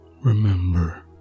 remember